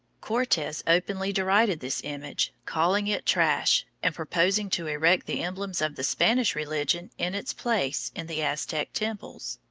cortes openly derided this image, calling it trash, and proposing to erect the emblems of the spanish religion in its place in the aztec temples.